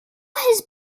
his